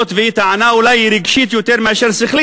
היות שהיא טענה אולי רגשית יותר מאשר שכלית,